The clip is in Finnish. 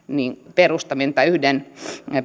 perustaminen tai yhden